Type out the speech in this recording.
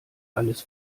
alles